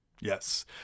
Yes